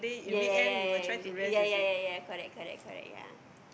ya ya ya ya ya ya correct correct correct ya